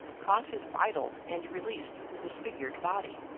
caught his bridle, and released the disfigured body.